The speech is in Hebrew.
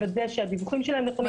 לוודא שהדיווחים שלהם נכונים,